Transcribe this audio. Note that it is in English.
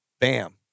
bam